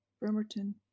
Bremerton